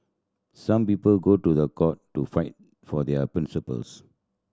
some people go to the court to fight for their principles